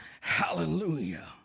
Hallelujah